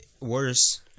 worse